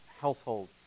household